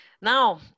Now